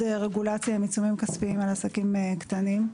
רגולציה עם עיצומים כספיים על עסקים קטנים.